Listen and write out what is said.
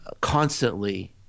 constantly –